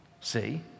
See